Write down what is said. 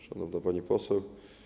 Szanowna Pani Poseł!